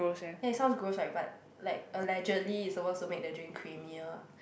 ya it sounds gross right but like allegedly it's supposed to make the drink creamier